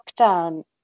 lockdown